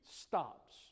stops